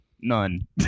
None